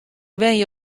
wenje